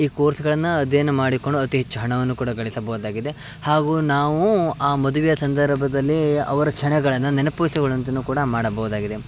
ಈ ಕೋರ್ಸ್ಗಳನ್ನು ಅಧ್ಯಯನ ಮಾಡಿಕೊಂಡು ಅತಿ ಹೆಚ್ಚು ಹಣವನ್ನೂ ಕೂಡ ಗಳಿಸಬೋದಾಗಿದೆ ಹಾಗೂ ನಾವು ಆ ಮದುವೆಯ ಸಂದರ್ಭದಲ್ಲಿ ಅವರ ಕ್ಷಣಗಳನ್ನು ನೆನಪಿಸಿಕೊಳ್ವಂತೆನೂ ಕೂಡ ಮಾಡಬೋದಾಗಿದೆ